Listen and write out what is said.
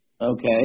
Okay